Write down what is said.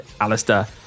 Alistair